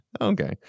Okay